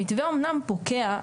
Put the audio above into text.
המתווה אומנם פוקע,